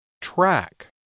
Track